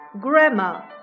Grammar